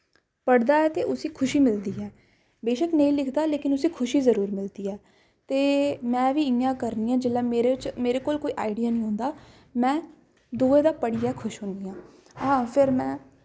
पढ़दा ऐ ते उस्सी खुशी मिलदी ऐ बेशक्क नेईं लिखदा लेकिन उस्सी खुशी जरूर मिलदी ऐ ते मैं बी इ'यां करनी आं जिसलै मेरे कोल कोई आइडिया निं होंदा मैं दुए दा पढ़ियै खुश होन्नी आं हां फिर में